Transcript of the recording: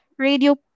Radio